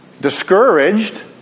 Discouraged